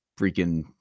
freaking